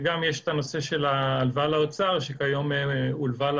יש גם הלוואה לאוצר של